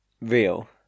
Real